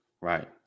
right